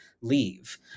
leave